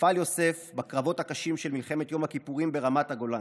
נפל יוסף שריג בקרבות הקשים של מלחמת יום הכיפורים ברמת הגולן.